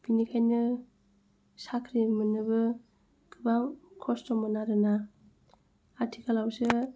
बिनिखायनो साख्रि मोननोबो गोबां खस्थ'मोन आरो ना आथिखालावसो